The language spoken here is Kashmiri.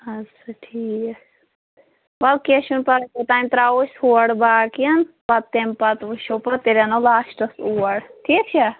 اَدٕ سا ٹھیٖک وَلہٕ کیٚنٛہہ چھُنہٕ پَرواے تانۍ ترٛاوو أسۍ ہورٕ باقِیَن پَتہٕ تَمہِ پَتہٕ وُچھو پَتہٕ تیٚلہِ اَنو لاسٹَس اور ٹھیٖک چھا